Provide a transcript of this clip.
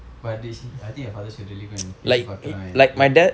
but dey I think your father should really go and பேசி பார்க்கிறான்:paesi paarkkiraan and like